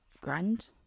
grand